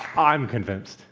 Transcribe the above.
i'm convinced.